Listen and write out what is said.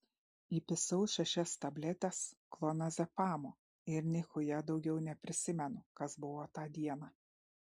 įpisau šešias tabletes klonazepamo ir nichuja daugiau neprisimenu kas buvo tą dieną